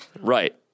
Right